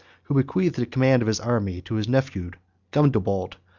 who bequeathed the command of his army to his nephew gundobald,